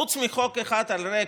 חוץ מחוק אחד על ריק,